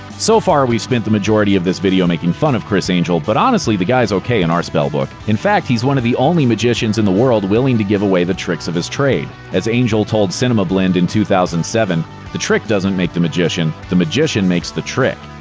so far we've spent the majority of this video making fun of criss angel, but honestly the guy's okay in our spellbook. in fact, he's one of the only magicians in the world willing to give away the tricks of his trade. as angel told cinemablend in two thousand and seven the trick doesn't make the magician, the magician makes the trick.